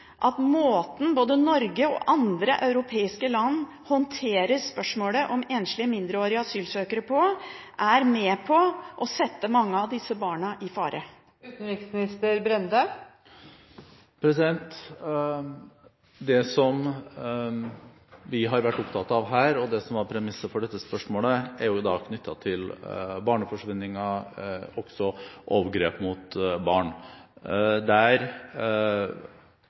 at måten både Norge og andre europeiske land håndterer spørsmålet om enslige mindreårige asylsøkere på, er med på å sette mange av disse barna i fare? Det som vi har vært opptatt av her, og det som var premisset for dette spørsmålet, er knyttet til barneforsvinninger og også overgrep mot barn. Der